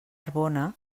arbona